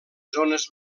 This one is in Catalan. zones